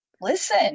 listen